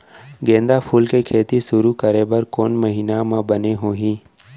गेंदा फूल के खेती शुरू करे बर कौन महीना मा बने होही?